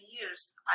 years